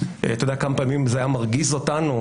אתה יודע כמה פעמים זה היה מרגיז אותנו,